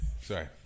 Sorry